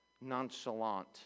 nonchalant